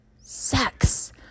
sex